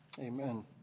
Amen